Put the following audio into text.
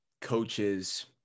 coaches